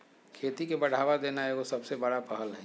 खेती के बढ़ावा देना एगो सबसे बड़ा पहल हइ